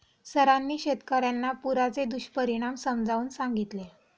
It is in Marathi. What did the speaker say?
सरांनी शेतकर्यांना पुराचे दुष्परिणाम समजावून सांगितले